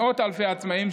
מאות אלפי עצמאים,